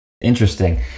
interesting